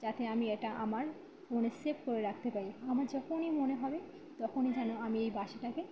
যাতে আমি এটা আমার ফোনে সেভ করে রাখতে পারি আমার যখনই মনে হবে তখনই যেন আমি এই বাসাটাকে